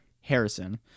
Harrison